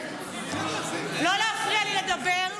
לא להפריע לי לדבר.